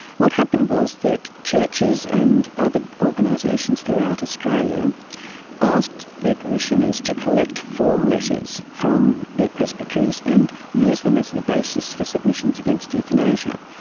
what happened was that churches and other organisations throughout australia asked their parishioners to collect form letters from their presbyteries and use them as the basis for submissions against euthanasia.